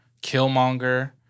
Killmonger